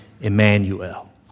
Emmanuel